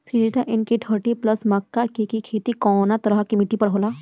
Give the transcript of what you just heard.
Syngenta NK thirty plus मक्का के के खेती कवना तरह के मिट्टी पर होला?